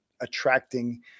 attracting